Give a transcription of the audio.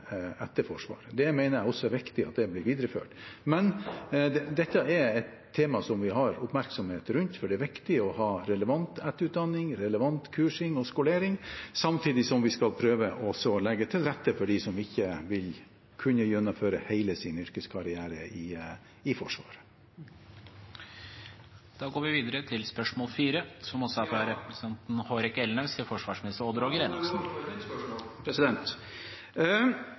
Det mener jeg også er viktig at blir videreført. Men dette er et tema som vi har oppmerksomhet rundt, for det er viktig å ha relevant etterutdanning, relevant kursing og skolering, samtidig som vi skal prøve å legge til rette for dem som ikke vil kunne gjennomføre hele sin yrkeskarriere i Forsvaret. «Maritim helikopterving planlegger kun å levere ca. 200 døgn med NH90 til Kystvakten i 2022. Dette er